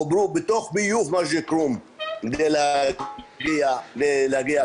חוברו בתוך ביוב מג'ד אל כרום כדי להגיע למשגב,